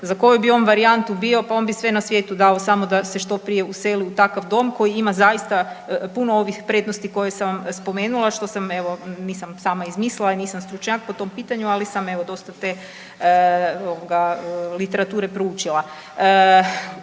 za koju bi on varijantu bio pa on bi sve na svijetu dao samo da se što prije useli u takav dom koji ima zaista puno ovih prednosti koje sam vam spomenula što sam evo, nisam sama izmislila i nisam stručnjak po tom pitanju. Ali sam evo dosta te literature proučila.